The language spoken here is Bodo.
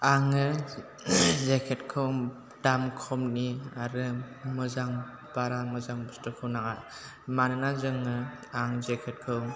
आङो जेकेटखौ दाम खमनि आरो बारा मोजां बुस्थुखौ नाङा मानोना जोङो आं जेकेटखौ